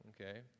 okay